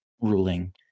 ruling